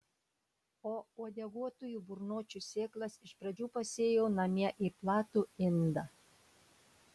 o uodeguotųjų burnočių sėklas iš pradžių pasėjau namie į platų indą